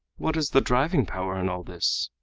what is the driving power in all this?